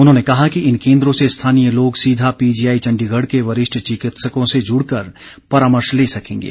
उन्होंने कहा कि इन केन्द्रों से स्थानीय लोग सीधा पीजीआई चण्डीगढ़ के वरिष्ठ चिकित्सकों से जुड़ कर परामर्श ले सकेंगे